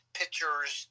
pitchers